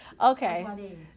Okay